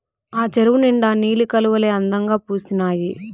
ఆ చెరువు నిండా నీలి కలవులే అందంగా పూసీనాయి